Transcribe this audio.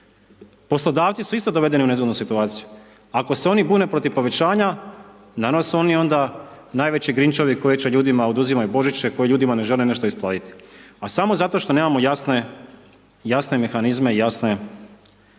Poslodavci su isto dovedeni u nezgodnu situaciju. Ako se oni bune protiv povećanja, danas su onda oni najveći Grinchevi koji ljudima oduzimaju Božiće, koji ljudima ne žele ništa isplatiti a samo zato što nemamo jasne mehanizme i jasne